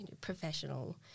professional